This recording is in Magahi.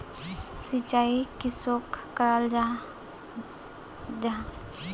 सिंचाई किसोक कराल जाहा जाहा?